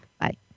Bye